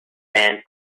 band